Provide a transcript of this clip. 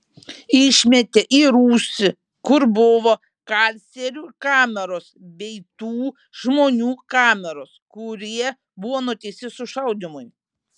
išmetė į rūsį kur buvo karcerių kameros bei tų žmonių kameros kurie buvo nuteisti sušaudymui